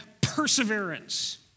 perseverance